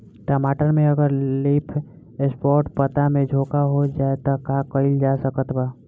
टमाटर में अगर लीफ स्पॉट पता में झोंका हो जाएँ त का कइल जा सकत बा?